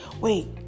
Wait